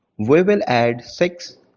we will add six,